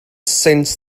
sense